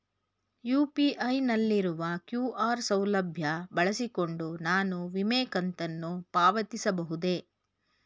UPI ನಲ್ಲಿರುವ QR ಸೌಲಭ್ಯ ಬಳಸಿಕೊಂಡು ನಾನು ವಿಮೆ ಕಂತನ್ನು ಪಾವತಿಸಬಹುದೇ?